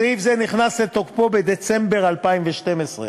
סעיף זה נכנס לתוקפו בדצמבר 2012,